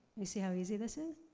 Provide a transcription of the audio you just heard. you see how easy this is?